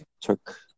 took